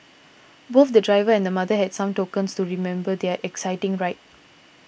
both the driver and mother had some tokens to remember their exciting ride